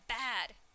bad